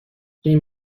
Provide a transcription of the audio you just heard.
این